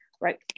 Right